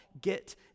get